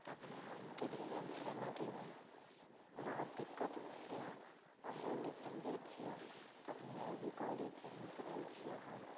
तखनी हम गिरी गेल छियै नदीमे बहुत दिक्कत होइ छै पढ़ै लिखै लए जाइ छियै तखनी आबिके छियै हम